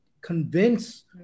convince